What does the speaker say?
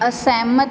ਅਸਹਿਮਤ